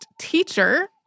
Teacher